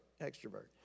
extrovert